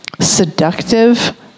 seductive